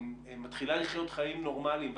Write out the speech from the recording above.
מתחילה לחיות חיים נורמליים,